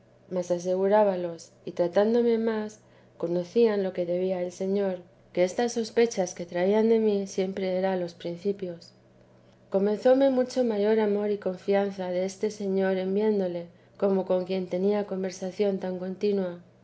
mas asegurábalos y tratándome más conocían lo que debía al señor que estas sospechas que traían de mí siempre eran a los principios comenzóme mucho mayor amor y confianza deste señor en viéndole como con quien tenía conversación tan coatina